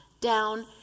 down